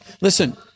Listen